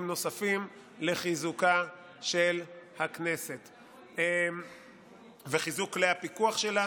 נוספים לחיזוקה של הכנסת וחיזוק כלי הפיקוח שלה.